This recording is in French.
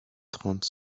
trente